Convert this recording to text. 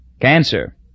Cancer